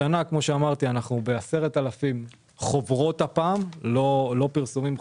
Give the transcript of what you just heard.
השנה אנחנו ב-10,000 חוברות, לא פרסומים.